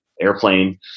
airplane